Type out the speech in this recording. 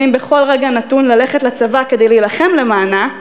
בכל רגע נתון ללכת לצבא כדי להילחם למענה,